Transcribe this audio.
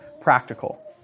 practical